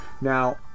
now